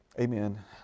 Amen